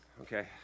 Okay